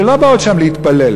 שלא באות לשם להתפלל,